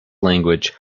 language